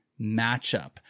matchup